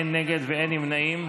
אין נגד ואין נמנעים.